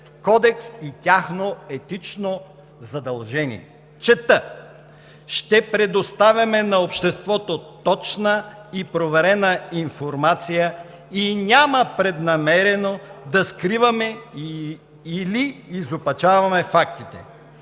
кодекс и тяхно етично задължение. Чета: „Ще предоставяме на обществото точна и проверена информация и няма преднамерено да скриваме и/или изопачаваме фактите.